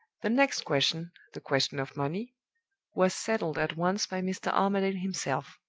the next question the question of money was settled at once by mr. armadale himself.